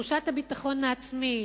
תחושת הביטחון העצמי,